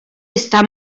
ezta